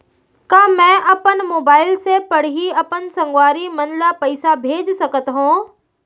का मैं अपन मोबाइल से पड़ही अपन संगवारी मन ल पइसा भेज सकत हो?